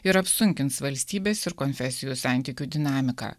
ir apsunkins valstybės ir konfesijų santykių dinamiką